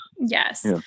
Yes